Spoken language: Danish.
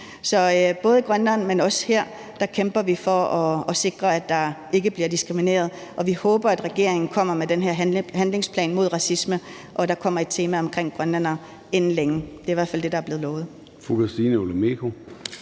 Så både i Grønland, men også her kæmper vi for at sikre, at der ikke bliver diskrimineret. Og vi håber, at regeringen kommer med den her handlingsplan mod racisme, og at der kommer et tema omkring grønlændere inden længe. Det er i hvert fald det, der er blevet lovet.